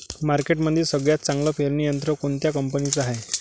मार्केटमंदी सगळ्यात चांगलं पेरणी यंत्र कोनत्या कंपनीचं हाये?